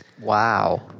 Wow